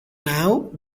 now